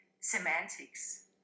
semantics